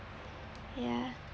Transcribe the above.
ya